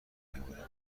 میآورند